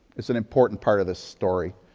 is an important part of the story.